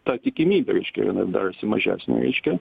ta tikimybė reiškia jinai dar sumažės neaiškia